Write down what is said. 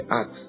Acts